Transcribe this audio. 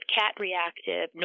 cat-reactive